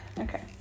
Okay